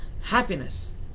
Happiness